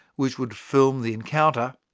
which would film the encounter,